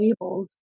labels